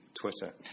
Twitter